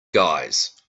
guys